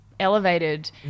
Elevated